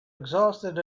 exhausted